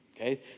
Okay